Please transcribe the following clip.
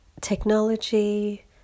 technology